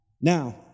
Now